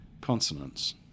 consonants